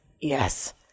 yes